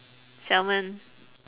salmon